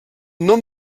nom